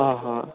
आं हां